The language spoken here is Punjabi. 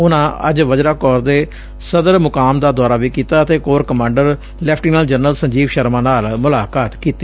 ਉਨੁਾਂ ਅੱਜ ਵਜਰਾ ਕੋਰ ਦੇ ਸਦਰ ਮੁਕਾਮ ਦਾ ਦੌਰਾ ਵੀ ਕੀਤਾ ਅਤੇ corps commander lieutenant general Sanjeev Sharma ਨਾਲ ਮੁਲਾਕਾਤ ਕੀਤੀ